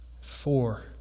four